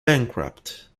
bankrupt